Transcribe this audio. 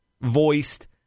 voiced